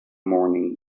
morning